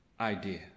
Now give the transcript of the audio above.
idea